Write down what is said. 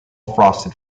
frosted